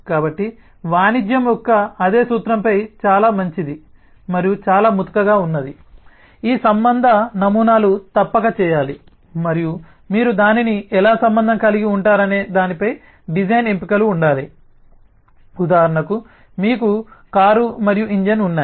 కాబట్టి వాణిజ్యం యొక్క అదే సూత్రంపై చాలా మంచిది మరియు చాలా ముతకగా ఉన్నది ఈ సంబంధ నమూనాలు తప్పక చేయాలి మరియు మీరు దానిని ఎలా సంబంధం కలిగి ఉంటారనే దానిపై డిజైన్ ఎంపికలు ఉండాలి ఉదాహరణకు మీకు కారు మరియు ఇంజిన్ ఉన్నాయి